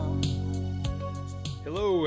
Hello